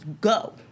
go